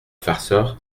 farceur